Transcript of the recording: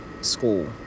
school